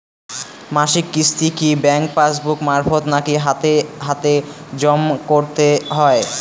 মাসিক কিস্তি কি ব্যাংক পাসবুক মারফত নাকি হাতে হাতেজম করতে হয়?